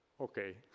okay